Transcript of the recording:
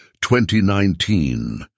2019